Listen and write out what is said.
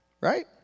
Right